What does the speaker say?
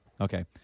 Okay